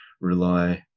rely